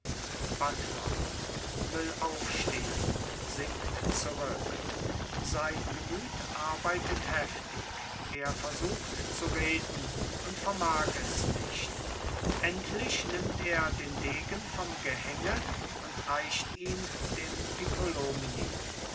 buttler will aufstehen sinkt zurück sein gemüt arbeitet heftig er versucht zu reden und vermag es nicht endlich nimmt er den degen vom gehänge und reicht ihn dem